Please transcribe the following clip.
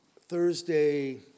Thursday